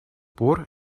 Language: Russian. пор